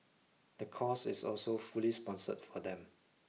the course is also fully sponsored for them